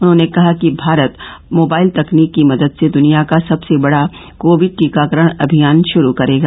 उन्होंने कहा कि भारत मोबाइल तकनीक की मदद से दुनिया का सबसे बड़ा कोविड टीकाकरण अभियान शुरू करेगा